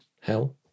Hell